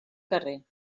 carrer